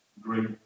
great